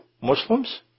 Muslims